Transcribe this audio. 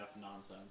nonsense